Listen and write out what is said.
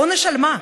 עונש על מה?